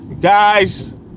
Guys